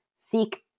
Seek